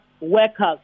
workers